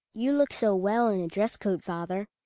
you look so well in a dress-coat, father.